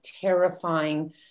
terrifying